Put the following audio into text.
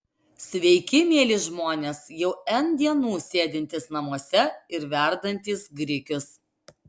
sveiki mieli žmonės jau n dienų sėdintys namuose ir verdantys grikius